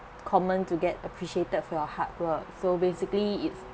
common to get appreciated for your hard work so basically it's